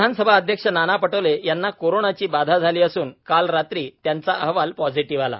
विधानसभा अध्यक्ष नाना पटोले यांना कोरोनाची बाधा झाली असून काल रात्री त्यांचा अहवाल पॉजिटीव्ह आला